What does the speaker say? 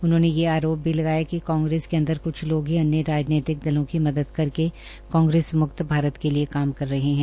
उन्होंने ये आरोप लगाया कि कांग्रेस के अंदर क्छ लोग ही अन्य राजनीतिक दलों की मदद करके कांग्रेस कांग्रेस मुक्त भारत के लिए काम कर रहे है